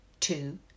two